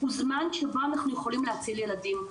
הוא זמן שבו אנחנו יכולים להציל ילדים.